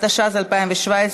התשע"ו 2016,